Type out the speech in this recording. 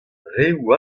reoù